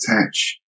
attach